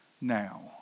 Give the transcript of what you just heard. now